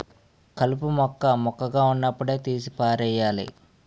కలుపు మొక్క మొక్కగా వున్నప్పుడే తీసి పారెయ్యాలి